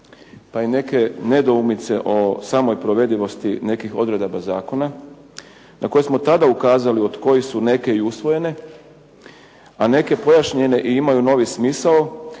pa i neke nedoumice o samoj provedivosti nekih odredaba zakona, na koje smo tada ukazali od kojih su neke usvojene a neke pojašnjene i imaju novi smisao,